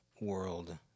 world